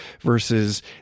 versus